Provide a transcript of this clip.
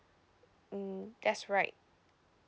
mm that's right